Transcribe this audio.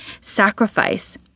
sacrifice